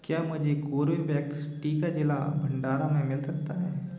क्या मुझे कोर्बेवैक्स टीका ज़िला भंडारा में मिल सकता है